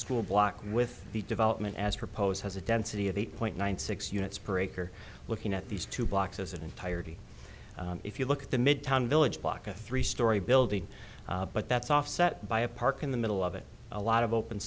school block with the development as proposed has a density of eight point nine six units per acre looking at these two boxes and entirety if you look at the midtown village block a three story building but that's offset by a park in the middle of it a lot of open